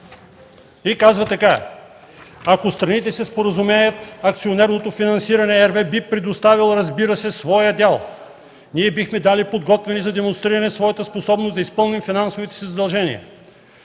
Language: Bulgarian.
и казва така: „Ако страните се споразумеят, с акционерното финансиране RWE би предоставило, разбира се, своя дял – ние бихме дали, подготвени за демонстриране на своята способност да изпълним финансовите си задължения.